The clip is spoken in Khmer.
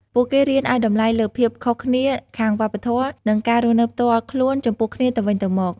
ពួកគេរៀនឱ្យតម្លៃលើភាពខុសគ្នាខាងវប្បធម៌ និងការរស់នៅផ្ទាល់ខ្លួនចំពោះគ្នាទៅវិញទៅមក។